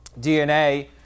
DNA